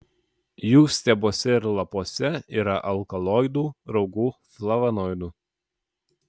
jų stiebuose ir lapuose yra alkaloidų raugų flavonoidų